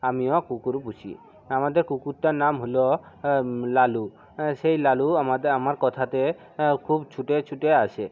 আমিও কুকুর পুষি আমাদের কুকুরটার নাম হলো লালু সেই লালু আমাদের আমার কথাতে খুব ছুটে ছুটে আসে